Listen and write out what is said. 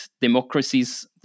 democracies